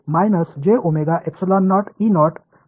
म्हणून मी दुरुस्त करणार आहे